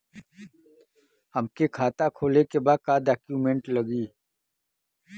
हमके खाता खोले के बा का डॉक्यूमेंट लगी?